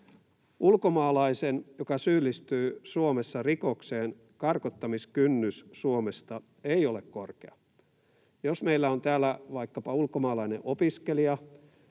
Ulkomaalaisen, joka syyllistyy Suomessa rikokseen, karkottamiskynnys Suomesta ei ole korkea. Jos meillä on täällä vaikkapa ulkomaalainen opiskelija,